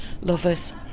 lovers